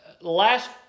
last